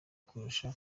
kurusha